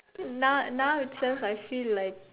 now now itself I feel like